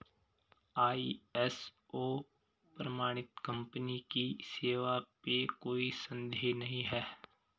ISO प्रमाणित company की सेवा पे कोई संदेह नहीं है